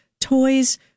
toys